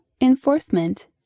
Enforcement